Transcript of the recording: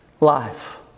Life